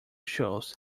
shows